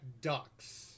ducks